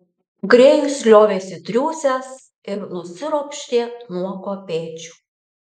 grėjus liovėsi triūsęs ir nusiropštė nuo kopėčių